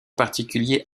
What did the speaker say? particulier